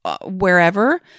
wherever